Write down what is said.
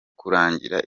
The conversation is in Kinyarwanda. kurangira